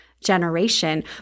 generation